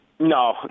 No